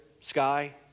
sky